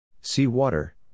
Seawater